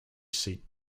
seat